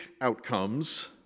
outcomes